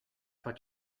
what